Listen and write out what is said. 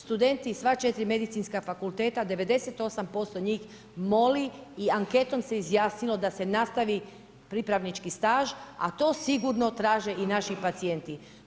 Studenti sva 4 medicinska fakulteta 98% njih moli i anketom se izjasnilo da se nastavit pripravnički staž a to sigurno traže i naši pacijenti.